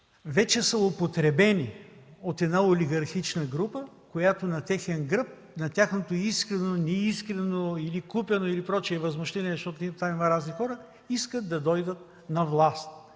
вече са употребени от една олигархична група, която на техен гръб, на тяхното искрено, неискрено или купено и прочие възмущение, защото там има разни хора, искат да дойдат на власт,